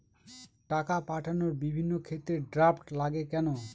টাকা পাঠানোর বিভিন্ন ক্ষেত্রে ড্রাফট লাগে কেন?